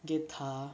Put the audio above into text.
guitar